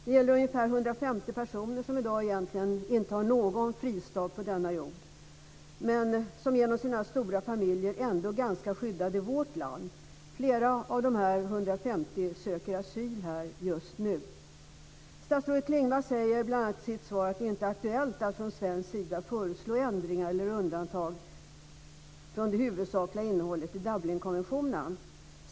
Det gäller ungefär 150 personer som i dag egentligen inte har någon fristad på denna jord men som genom sina stora familjer ändå är ganska skyddade i vårt land. Flera av dessa 150 söker asyl här just nu. Statsrådet Klingvall säger i sitt svar bl.a. att det inte är aktuellt att från svensk sida föreslå ändringar i eller undantag från det huvudsakliga innehållet i Dublinkonventionen.